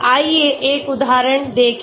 आइए एक उदाहरण देखें